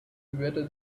better